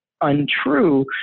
untrue